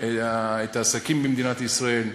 את העסקים במדינת ישראל,